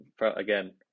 again